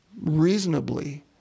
reasonably